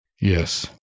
Yes